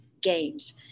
games